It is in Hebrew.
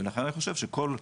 לכן אני חושב שכל ישיבה,